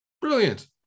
Brilliant